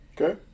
Okay